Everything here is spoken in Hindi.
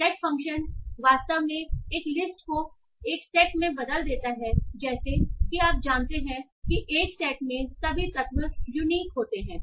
सेट फ़ंक्शन वास्तव में एक लिस्ट को एक सेट में बदल देता है जैसा कि आप जानते हैं कि एक सेट में सभी तत्व यूनिक होते हैं